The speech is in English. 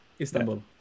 Istanbul